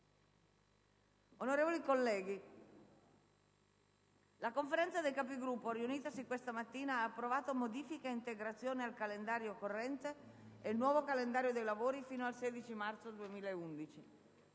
Onorevoli colleghi, la Conferenza dei Capigruppo, riunitasi questa mattina, ha approvato modifiche ed integrazioni al calendario corrente e il nuovo calendario dei lavori fino al 16 marzo 2011.